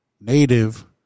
native